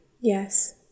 yes